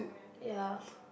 ya